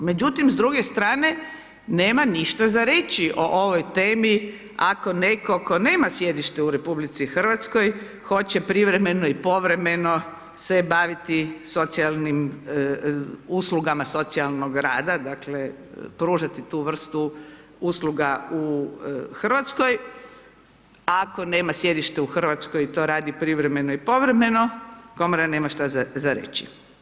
Međutim, s druge strane nema ništa za reći o ovoj temi ako netko tko nema sjedište u RH hoće privremeno i povremeno se baviti socijalnim, uslugama socijalnog rada, dakle, pružati tu vrstu usluga u RH, ako nema sjedište u RH i to radi privremeno i povremeno, Komora nema šta za reći.